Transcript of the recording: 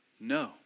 no